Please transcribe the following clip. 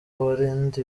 abarinda